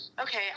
okay